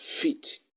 feet